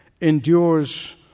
endures